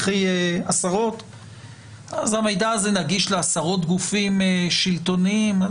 כך שהמידע הזה נגיש לעוד גופים שלטוניים.